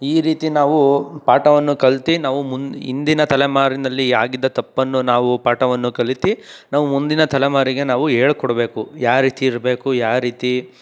ಈ ರೀತಿ ನಾವು ಪಾಠವನ್ನು ಕಲಿತು ನಾವು ಮುಂದೆ ಹಿಂದಿನ ತಲೆಮಾರಿನಲ್ಲಿ ಆಗಿದ್ದ ತಪ್ಪನ್ನು ನಾವು ಪಾಠವನ್ನು ಕಲಿತು ನಾವು ಮುಂದಿನ ತಲೆಮಾರಿಗೆ ನಾವು ಹೇಳ್ಕೊಡ್ಬೇಕು ಯಾವ ರೀತಿ ಇರಬೇಕು ಯಾವ ರೀತಿ